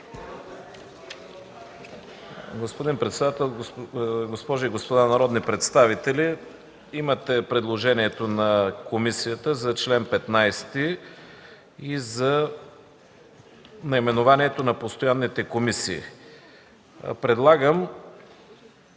Господин председател, госпожи и господа народни представители! Имате предложението на комисията за чл. 15 и за наименованието на постоянните комисии. предлагам